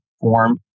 form